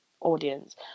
audience